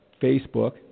Facebook